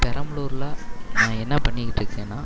பெரம்பலூரில் நான் என்ன பண்ணிக்கிட்டுருக்கேன்னா